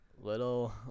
Little